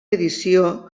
edició